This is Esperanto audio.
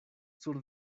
sur